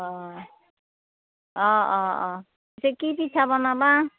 অঁ অঁ অঁ অঁ পিছে কি পিঠা বনাবা